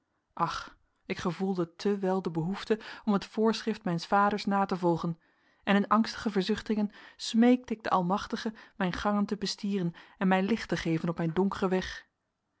ach ik gevoelde te wel de behoefte om het voorschrift mijns vaders na te volgen en in angstige verzuchtingen smeekte ik den almachtige mijn gangen te bestieren en mij licht te geven op mijn donkeren weg